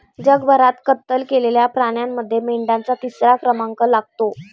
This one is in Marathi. जगभरात कत्तल केलेल्या प्राण्यांमध्ये मेंढ्यांचा तिसरा क्रमांक लागतो